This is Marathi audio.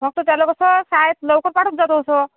फक्त त्याला कसं शाळेत लवकर पाठवत जा थोडंसं